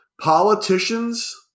politicians